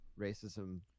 racism